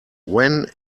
when